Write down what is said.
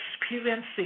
experiencing